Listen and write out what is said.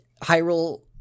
Hyrule